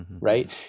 Right